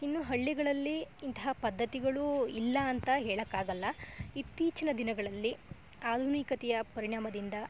ಇನ್ನು ಹಳ್ಳಿಗಳಲ್ಲಿ ಇಂತಹ ಪದ್ದತಿಗಳು ಇಲ್ಲ ಅಂತ ಹೇಳೋಕ್ಕಾಗಲ್ಲ ಇತ್ತೀಚಿನ ದಿನಗಳಲ್ಲಿ ಆಧುನಿಕತೆಯ ಪರಿಣಾಮದಿಂದ